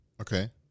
Okay